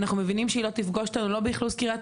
אנחנו מבינים שהיא לא תפגוש אותנו באכלוס קריית